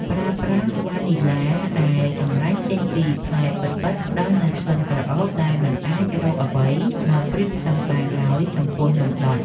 ប្រើប្រាស់វ៉ានីឡាដែលចម្រាញ់ចេញពីផ្លែពិតៗផ្ដល់នូវក្លិនក្រអូបដែលមិនអាចរកអ្វីមកប្រៀបផ្ទឹមបានឡើយចំពោះនំដុត។